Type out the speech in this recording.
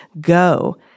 go